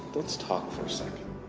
let's talk for a second.